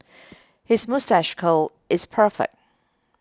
his moustache curl is perfect